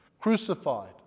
crucified